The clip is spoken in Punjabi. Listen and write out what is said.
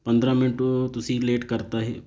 ਪੰਦਰ੍ਹਾਂ ਮਿੰਟ ਤੁਸੀਂ ਲੇਟ ਕਰਤਾ ਇਹ